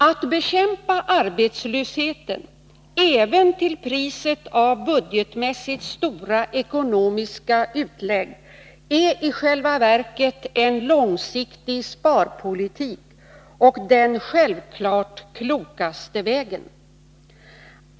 Att bekämpa arbetslösheten, även till priset av budgetmässigt stora ekonomiska utlägg, är i själva verket en långsiktig sparpolitik och den självklart klokaste vägen.